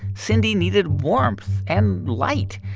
cyndi needed warmth and light.